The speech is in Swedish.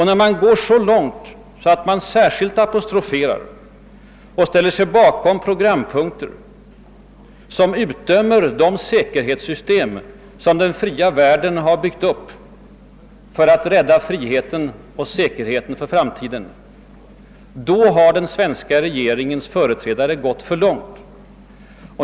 När man går så långt att man särskilt apostroferar och ställer sig bakom programpunkter som utdömer de säkerhetssystem som den fria världen har byggt upp för att rädda friheten och säkerheten för framtiden — då har den svenska regeringens företrädare gått för långt.